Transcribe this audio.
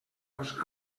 vos